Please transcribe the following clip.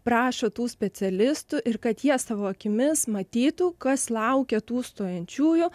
prašo tų specialistų ir kad jie savo akimis matytų kas laukia tų stojančiųjų